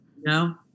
No